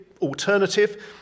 alternative